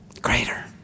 Greater